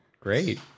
great